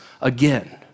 again